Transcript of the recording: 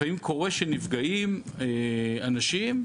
לפעמים קורה שנפגעים אנשים.